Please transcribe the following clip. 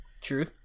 true